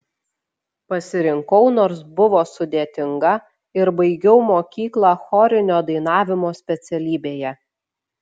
pasirinkau nors buvo sudėtinga ir baigiau mokyklą chorinio dainavimo specialybėje